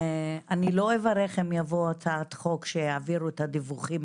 אבל אני לא אברך אם תבוא הצעת חוק שיעבירו את הדיווחים